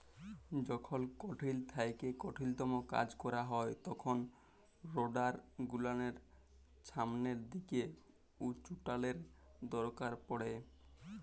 যখল কঠিল থ্যাইকে কঠিলতম কাজ ক্যরা হ্যয় তখল রোডার গুলালের ছামলের দিকে উঁচুটালের দরকার পড়হে